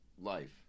life